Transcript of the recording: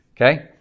Okay